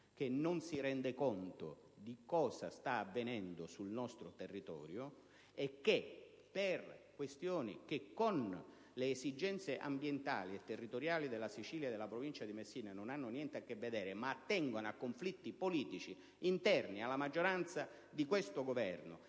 quale non si rende conto di cosa sta avvenendo sul nostro territorio, e per questioni che con le esigenze ambientali e territoriali della Sicilia e della provincia di Messina non hanno niente a che vedere. Sono questioni che invece attengono a conflitti politici interni alla maggioranza di questo Governo,